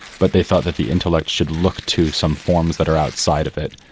but they thought that the intellect should look to some forms that are outside of it.